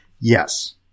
Yes